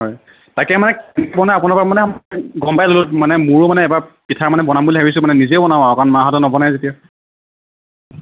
হয় তাকে মানে মই আপোনাৰ পৰা মানে গম পাই ল'লোঁ মানে মোৰো মানে এবাৰ পিঠা মানে বনাম বুলি ভাবিছোঁ মানে নিজে বনাম আৰু কাৰণ মাহঁতে নবনাই যেতিয়া